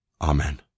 Amen